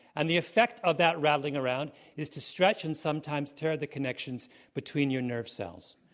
and the effect of that rattling around is to stretch and sometimes tear the connections between your nerve cells.